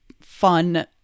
fun